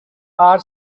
hour